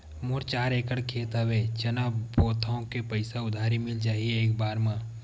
मोर चार एकड़ खेत हवे चना बोथव के पईसा उधारी मिल जाही एक बार मा?